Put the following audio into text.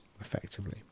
effectively